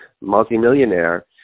multi-millionaire